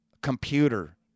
computer